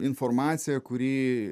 informaciją kuri